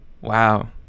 Wow